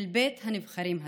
של בית הנבחרים הזה.